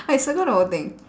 I circle the whole thing